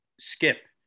skip